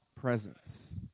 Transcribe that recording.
presence